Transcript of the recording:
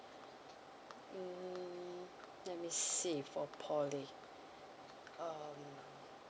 mm let me see for poly um